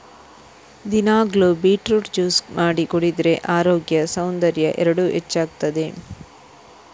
ದಿನಾಗ್ಲೂ beetroot juice ಮಾಡಿ ಕುಡಿದ್ರೆ ಅರೋಗ್ಯ ಸೌಂದರ್ಯ ಎರಡೂ ಹೆಚ್ಚಾಗ್ತದೆ